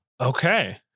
okay